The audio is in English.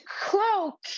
cloak